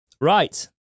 Right